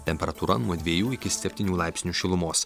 temperatūra nuo dviejų iki septynių laipsnių šilumos